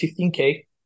15k